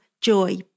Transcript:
joy